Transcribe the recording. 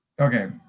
Okay